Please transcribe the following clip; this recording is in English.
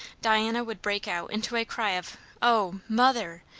diana would break out into a cry of o, mother,